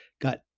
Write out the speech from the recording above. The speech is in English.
got